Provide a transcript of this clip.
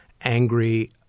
angry